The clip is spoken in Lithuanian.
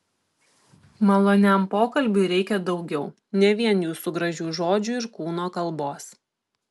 maloniam pokalbiui reikia daugiau ne vien jūsų gražių žodžių ir kūno kalbos